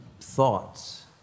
thoughts